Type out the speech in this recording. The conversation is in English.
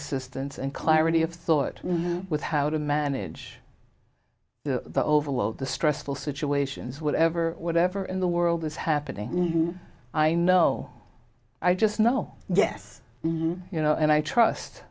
assistance and clarity of thought with how to manage the overload the stressful situations whatever whatever in the world is happening i know i just know yes you know and i trust